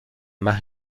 más